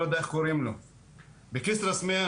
בכסרא סמיע,